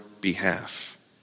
behalf